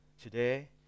Today